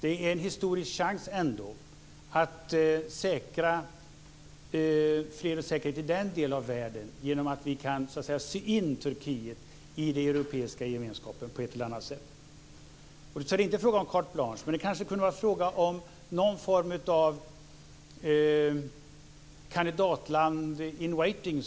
Detta är ändå en historisk chans att säkra fred och säkerhet i den delen av världen genom att sy in Turkiet i den europeiska gemenskapen på ett eller annat sätt. Det är alltså inte fråga om ett carte blanche, men det kanske kunde vara fråga om någon form av ett kandidatland in waiting.